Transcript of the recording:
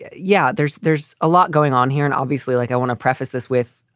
yeah, there's there's a lot going on here and obviously, like i want to preface this with,